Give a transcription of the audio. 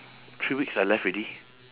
three weeks I left already